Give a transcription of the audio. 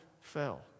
fell